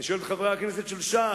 אני שואל את חברי הכנסת של ש"ס,